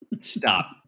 Stop